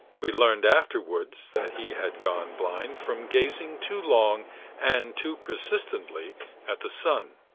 we learned afterwards that he had gone blind from gazing too long and too persistently at the sun,